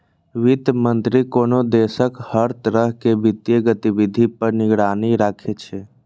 वित्त मंत्री कोनो देशक हर तरह के वित्तीय गतिविधि पर निगरानी राखै छै